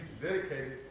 dedicated